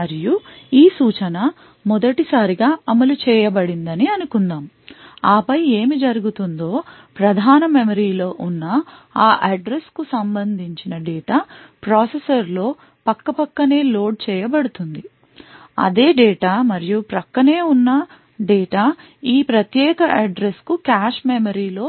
మరియు ఈ సూచన మొదటిసారిగా అమలు చేయబడిందని అనుకుందాం ఆపై ఏమి జరుగుతుందో ప్రధాన మెమరీ లో ఉన్న ఆ అడ్రస్ కు సంబంధించిన డేటా ప్రాసెసర్లో పక్కపక్కనే లోడ్ చేయ బడుతుంది అదే డేటా మరియు ప్రక్క నే ఉన్న డేటా ఈ ప్రత్యేక అడ్రస్ కు కాష్ మెమరీలో